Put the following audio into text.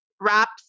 wraps